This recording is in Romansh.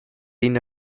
ina